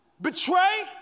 betray